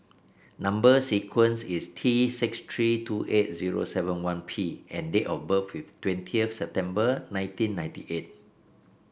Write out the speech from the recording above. number sequence is T six three two eight zero seven one P and date of birth is twentieth September nineteen ninety eight